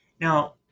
Now